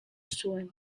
zuen